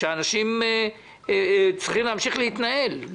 שאנשים צריכים להמשיך להתנהל.